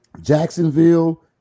Jacksonville